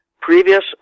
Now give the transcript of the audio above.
previous